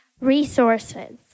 resources